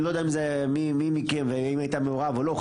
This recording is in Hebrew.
אני לא יודע מי מכם ואם היית מעורב או לא,